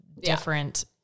different